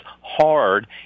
hard